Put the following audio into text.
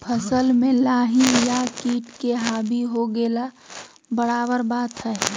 फसल में लाही या किट के हावी हो गेला बराबर बात हइ